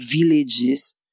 villages